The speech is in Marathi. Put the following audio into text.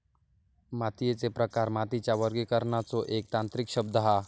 मातीयेचे प्रकार मातीच्या वर्गीकरणाचो एक तांत्रिक शब्द हा